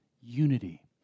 unity